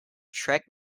shrek